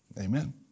Amen